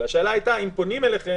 השאלה הייתה אם יש פניות,